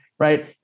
right